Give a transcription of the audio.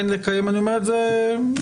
אני אומר את זה כעיקרון,